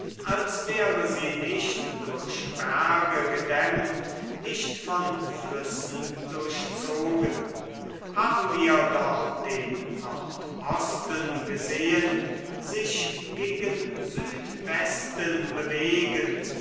als wäre sie nicht durch berge gedämmt nicht von flüssen durchzogen haben wir doch den nordosten gesehen sich gegen südwesten bewegen